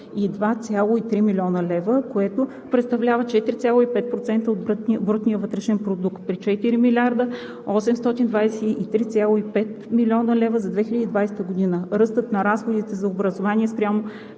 642,3 млн. лв., което представлява 4,5% от брутния вътрешен продукт при 4 823,5 млн. лв. за 2020 г. Ръстът на разходите за образование спрямо